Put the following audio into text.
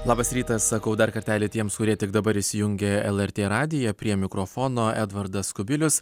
labas rytas sakau dar kartelį tiems kurie tik dabar įsijungė lrt radiją prie mikrofono edvardas kubilius